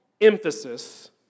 emphasis